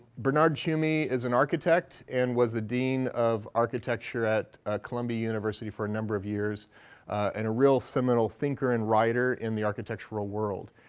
bernard tschumi is an architect and was the dean of architecture at columbia university for a number of years and a real seminal thinker and writer in the architectural world.